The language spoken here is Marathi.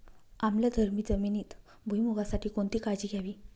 आम्लधर्मी जमिनीत भुईमूगासाठी कोणती काळजी घ्यावी?